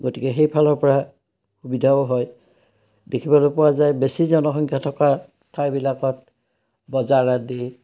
গতিকে সেইফালৰপৰা সুবিধাও হয় দেখিবলৈ পোৱা যায় বেছি জনসংখ্যা থকা ঠাইবিলাকত বজাৰ আদি